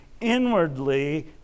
inwardly